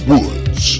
Woods